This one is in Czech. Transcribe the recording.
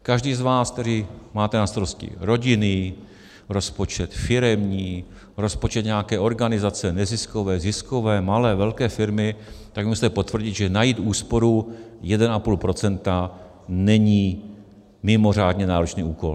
Každý z vás, který máte na starosti rodinný rozpočet, firemní, rozpočet nějaké organizace neziskové, ziskové, malé, velké firmy, tak musíte potvrdit, že najít úsporu 1,5 % není mimořádně náročný úkol.